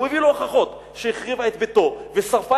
והוא מביא לו הוכחות: שהחריבה את ביתו ושרפה